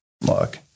look